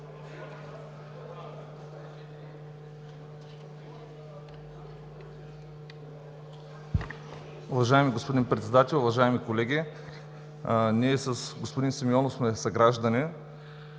Уважаеми господин Председател, уважаеми колеги! Ние с господин Симеонов сме съграждани